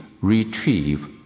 retrieve